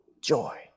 joy